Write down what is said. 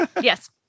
Yes